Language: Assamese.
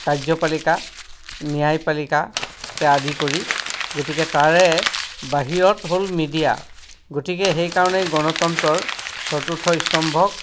কাৰ্যপালিকা ন্যায়পালিকাকে আদি কৰি গতিকে তাৰে বাহিৰত হ'ল মিডিয়া গতিকে সেইকাৰণেই গণতন্ত্ৰৰ চতুৰ্থ স্তম্ভক